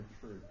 truth